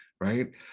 right